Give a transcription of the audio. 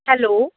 hello